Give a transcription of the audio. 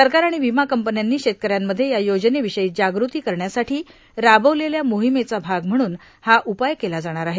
सरकार आणि विमा कंपन्यांनी शेतकऱ्यांमध्ये या योजनेविषयी जाग्रती करण्यासाठी राबवलेल्या मोहिमेचा भाग म्हणून हा उपाय केला जाणार आहे